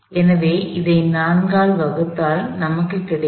எனவே இதை 4 ஆல் வகுத்தால் நமக்கு கிடைக்கும்